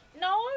No